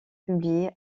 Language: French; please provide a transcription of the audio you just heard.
publiés